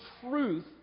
truth